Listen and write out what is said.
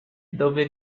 dove